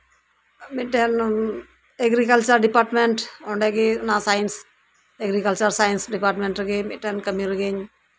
ᱢᱤᱫᱴᱟᱱ agriculture department ᱚᱱᱰᱮᱜᱮ science agriculture department science department ᱨᱮᱜᱮ ᱢᱤᱫᱴᱟᱱ ᱠᱟᱹᱢᱤ ᱨᱮᱜᱮᱧ